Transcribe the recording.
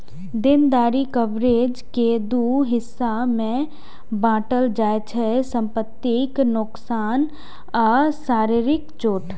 देनदारी कवरेज कें दू हिस्सा मे बांटल जाइ छै, संपत्तिक नोकसान आ शारीरिक चोट